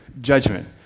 Judgment